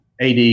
AD